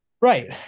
right